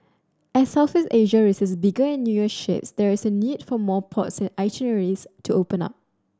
as Southeast Asia receives bigger and newer ships there is a need for more ports and itineraries to open up